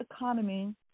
economy